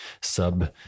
sub